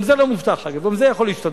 גם זה לא מובטח, אגב, גם זה יכול להשתנות,